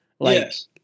Yes